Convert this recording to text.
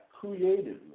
creatively